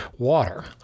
water